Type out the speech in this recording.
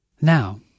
Now